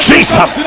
Jesus